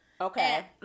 okay